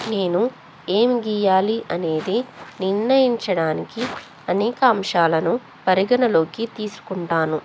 నేను ఏం గీయాలి అనేది నిర్ణయించడానికి అనేక అంశాలను పరిగణలోకి తీసుకుంటాను